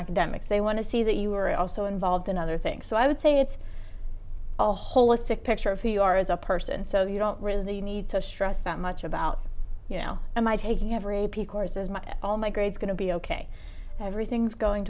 academics they want to see that you were also involved in other things so i would say it's a holistic picture of who you are as a person so you don't really need to stress that much about you now am i taking every p course is my all my grades going to be ok everything's going